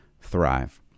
thrive